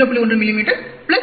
1 மிமீ 0